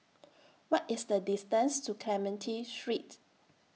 What IS The distance to Clementi Street